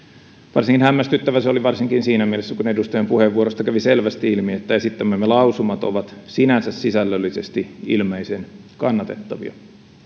varsin hämmästyttävää se oli varsinkin siinä mielessä kun edustajan puheenvuorosta kävi selvästi ilmi että esittämämme lausumat ovat sinänsä sisällöllisesti ilmeisen kannatettavia